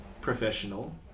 professional